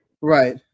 right